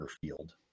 field